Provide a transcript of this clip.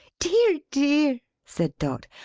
dear dear! said dot.